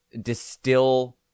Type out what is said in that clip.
distill